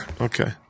Okay